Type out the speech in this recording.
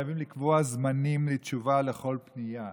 חייבים לקבוע זמנים לתשובה על כל פנייה.